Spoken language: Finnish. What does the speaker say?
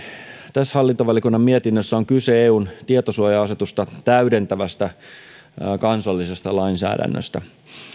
tässä hallintovaliokunnan mietinnössä on kyse eun tietosuoja asetusta täydentävästä kansallisesta lainsäädännöstä